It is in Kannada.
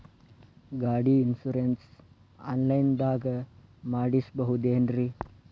ಗಾಡಿ ಇನ್ಶೂರೆನ್ಸ್ ಆನ್ಲೈನ್ ದಾಗ ಮಾಡಸ್ಬಹುದೆನ್ರಿ?